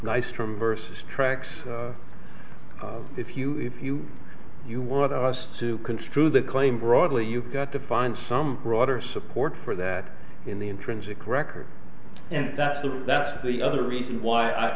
nystrom versus tracks if you if you you want us to construe the claim broadly you've got to find some broader support for that in the intrinsic record and that's the that's the other reason why